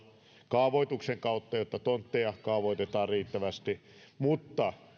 kaavoituksen kautta jotta tontteja kaavoitetaan riittävästi mutta